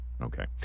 okay